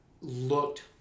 looked